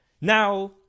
Now